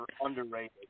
underrated